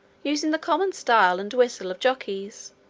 using the common style and whistle of jockeys,